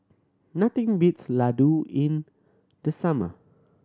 nothing beats Ladoo in the summer